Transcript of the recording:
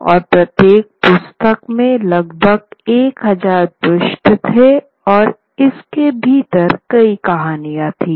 और प्रत्येक पुस्तकमें लगभग 1000 पृष्ठ थे और इसके भीतर कई कहानियाँ थी